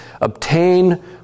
obtain